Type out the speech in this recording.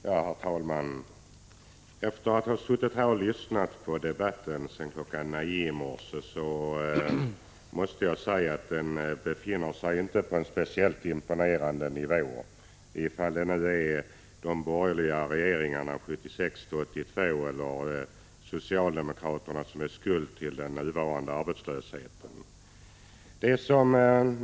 Herr talman! Efter att ha suttit här och lyssnat på debatten sedan kl. 9 i morse måste jag säga att den inte befinner sig på en speciellt imponerande nivå. Man har diskuterat om det är de borgerliga regeringarna 1976-1982 eller socialdemokraterna som är skuld till den nuvarande arbetslösheten.